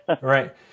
Right